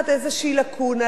לקחת איזו עוולה,